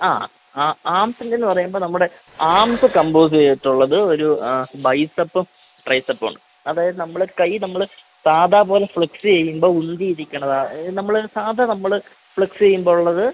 ആണ് ആ ആംസിന്റേതെന്ന് പറയുമ്പോള് നമ്മുടെ ആംസ് കമ്പോസ് ചെയ്തിട്ടുള്ളത് ഒരു ബൈസെപ്പും ട്രൈസെപ്പുമുണ്ട് അതായത് നമ്മള് കൈ നമ്മള് സാധാ പോലെ ഫ്ലക്സ് ചെയ്യുമ്പോള് ഉന്തിയിരിക്കുന്നതാണ് നമ്മള് സാധാ നമ്മള് ഫ്ലക്സ് ചെയ്യുമ്പോഴുള്ളത്